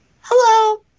Hello